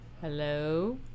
hello